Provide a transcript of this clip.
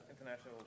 international